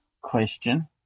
question